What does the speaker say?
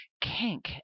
kink